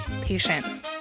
patience